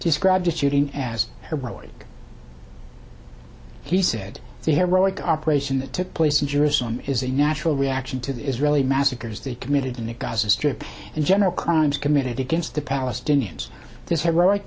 described shooting as heroic he said they had roic operation that took place in jerusalem is a natural reaction to the israeli massacres they committed in the gaza strip and general crimes committed against the palestinians this